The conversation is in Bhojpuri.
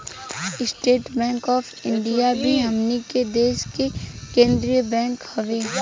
स्टेट बैंक ऑफ इंडिया भी हमनी के देश के केंद्रीय बैंक हवे